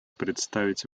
представить